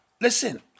Listen